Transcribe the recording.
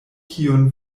kiun